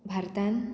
भारतांत